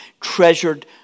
treasured